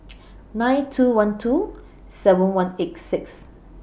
nine two one two seven one eight six